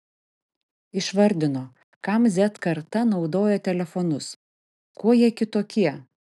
išvardino kam z karta naudoja telefonus kuo jie kitokie